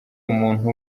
umuntu